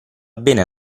bene